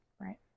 right